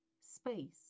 space